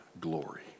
glory